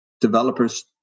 developers